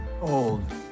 old